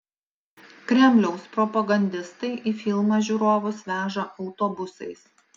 kremliaus propagandistai į filmą žiūrovus veža autobusais